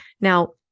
Now